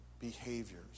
behaviors